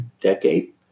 decade